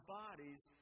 bodies